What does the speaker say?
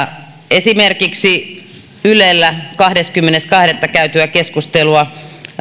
esimerkiksi ylellä kahdeskymmenes toista käydyssä keskustelussa